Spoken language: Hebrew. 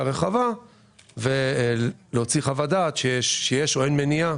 רחבה ולהוציא חוות דעת שיש או אין מניעה